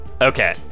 Okay